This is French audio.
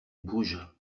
bougent